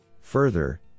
Further